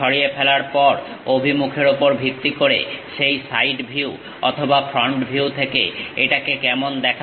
সরিয়ে ফেলার পর অভিমুখের ওপর ভিত্তি করে সেই সাইড ভিউ অথবা ফ্রন্ট ভিউ থেকে এটাকে কেমন দেখাবে